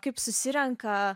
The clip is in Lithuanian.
kaip susirenka